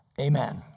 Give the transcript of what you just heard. amen